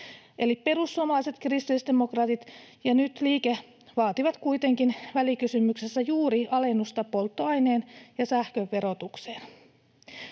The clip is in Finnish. Perussuomalaiset, kristillisdemokraatit ja nyt-liike vaativat kuitenkin välikysymyksessä juuri alennusta polttoaineen ja sähkön verotukseen.